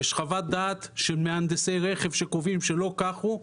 יש חוות דעת של מהנדסי רכב שקובעים שלא כך הוא,